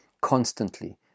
constantly